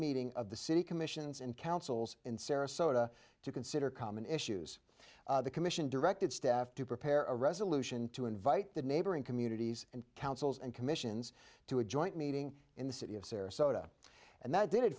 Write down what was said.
meeting of the city commissions and councils in sarasota to consider common issues the commission directed staff to prepare a resolution to invite the neighboring communities and councils and commissions to a joint meeting in the city of sarasota and that did